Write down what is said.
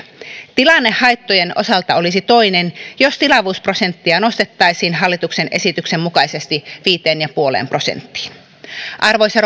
tilanne haittojen osalta olisi toinen jos tilavuusprosenttia nostettaisiin hallituksen esityksen mukaisesti viiteen pilkku viiteen prosenttiin arvoisa